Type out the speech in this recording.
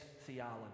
theology